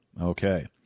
Okay